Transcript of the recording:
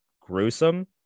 gruesome